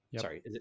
sorry